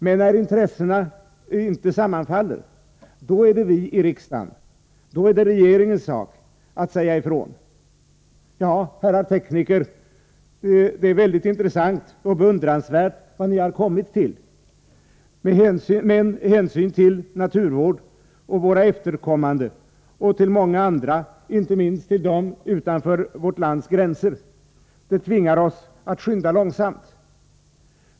Men när intressena inte sammanfaller, då är det vår sak här i riksdagen och då är det regeringens sak att säga ifrån: ”Ja, herrar tekniker, det är mycket intressant och beundransvärt vad ni kommit fram till, men hänsyn till naturvård, till våra efterkommande och till många andra, inte minst till dem som bor utanför vårt lands gränser, tvingar oss att skynda långsamt.